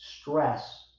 stress